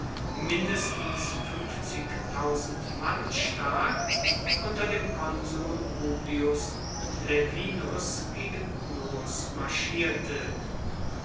mindestens mann stark unter dem konsul publius laevinus gegen pyrrhos marschierte